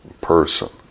person